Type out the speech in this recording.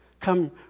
Come